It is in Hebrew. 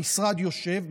המשרד יושב,